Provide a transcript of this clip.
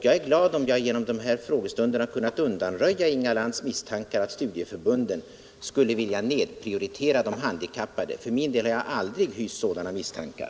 Jag är glad om jag under denna frågestund har kunnat undanröja Inga Lantz misstankar om att studieförbunden skulle vilja nedprioritera de handikappade. För min del har jag aldrig hyst sådana misstankar.